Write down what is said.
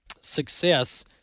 success